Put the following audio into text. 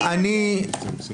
זה מה שרציתי להקריא, את פסק הדין.